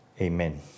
Amen